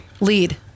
Lead